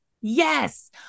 Yes